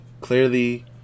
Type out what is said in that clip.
clearly